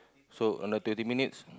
so on the twenty minutes